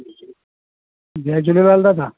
जय झूलेलाल दादा